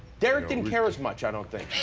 derek didn't care as much i don't think.